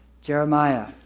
Jeremiah